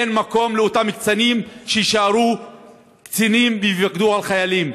אין מקום לאותם קצינים שיישארו קצינים ויפקדו על חיילים.